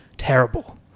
terrible